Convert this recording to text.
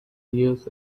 years